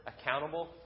accountable